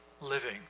living